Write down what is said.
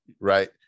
right